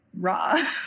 raw